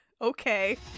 Okay